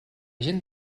gent